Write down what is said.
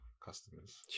customers